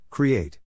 Create